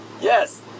Yes